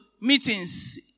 meetings